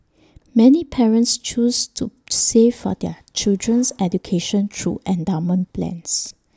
many parents choose to save for their children's education through endowment plans